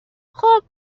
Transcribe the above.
خوب